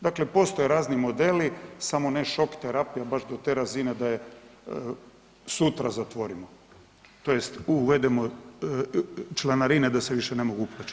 Dakle, postoje razni modeli samo ne šok terapija baš do te razine da je sutra zatvorimo tj. uvedemo članarine da se više ne mogu uplaćivati.